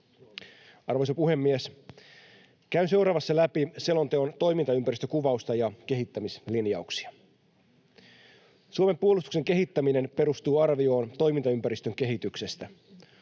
Arvoisa puhemies! Käyn seuraavassa läpi selonteon toimintaympäristökuvausta ja kehittämislinjauksia. Suomen puolustuksen kehittäminen perustuu arvioon toimintaympäristön kehityksestä.